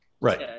Right